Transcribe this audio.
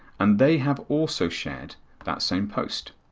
and they have also shared that same post.